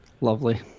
Lovely